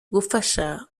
gufasha